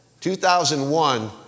2001